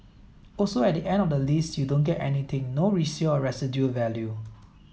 also at the end of the lease you don't get anything no resale or residual value